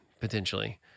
potentially